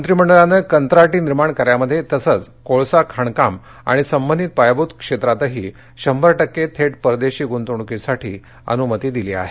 मंत्रिमंडळानं कंत्राटी निर्माण कार्यामध्ये तसंच कोळसा खाणकाम आणि संबंधित पायाभूत क्षेत्रातही शंभर टक्के थेट परदेशी गुंतवणुकीसाठी अनुमति दिली आहे